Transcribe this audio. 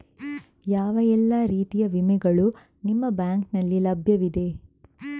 ಯಾವ ಎಲ್ಲ ರೀತಿಯ ವಿಮೆಗಳು ನಿಮ್ಮ ಬ್ಯಾಂಕಿನಲ್ಲಿ ಲಭ್ಯವಿದೆ?